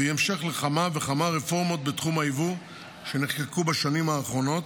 והיא המשך לכמה וכמה רפורמות בתחום היבוא שנחקקו בשנים האחרונות,